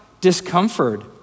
discomfort